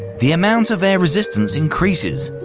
the amount of air resistance increases.